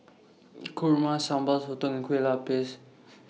Kurma Sambal Sotong and Kueh Lupis